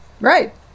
right